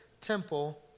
temple